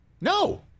No